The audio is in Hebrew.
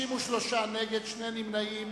63 נגד, שני נמנעים.